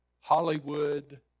Hollywood